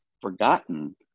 forgotten